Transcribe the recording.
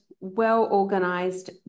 well-organized